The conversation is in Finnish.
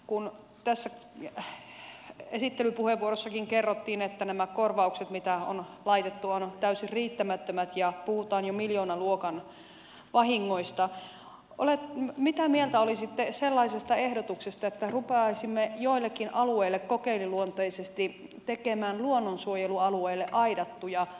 kun tässä esittelypuheenvuorossakin kerrottiin että nämä korvaukset mitä on laitettu ovat täysin riittämättömät ja puhutaan jo miljoonaluokan vahingoista niin mitä mieltä olisitte sellaisesta ehdotuksesta että rupeaisimme joillekin alueille kokeiluluontoisesti tekemään luonnonsuojelualueille aidattuja alueita